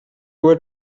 were